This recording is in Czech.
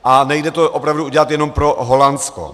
A nejde to opravdu udělat jenom pro Holandsko.